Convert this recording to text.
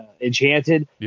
enchanted